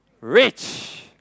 rich